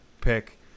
pick